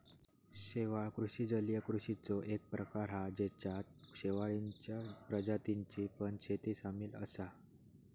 शेवाळ कृषि जलीय कृषिचो एक प्रकार हा जेच्यात शेवाळींच्या प्रजातींची पण शेती सामील असा